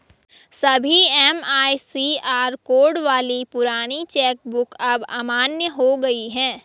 सभी MICR code वाली पुरानी चेक बुक अब अमान्य हो गयी है